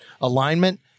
alignment